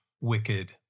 wicked